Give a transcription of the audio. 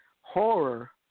horror